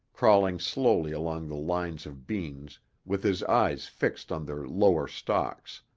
crawling slowly along the lines of beans with his eyes fixed on their lower stalks.